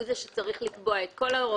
הוא שצריך לקבוע את כל ההוראות,